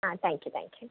ആ thank you thank you